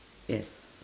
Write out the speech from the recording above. yes